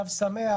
תו שמח,